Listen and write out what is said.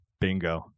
Bingo